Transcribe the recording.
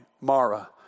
Mara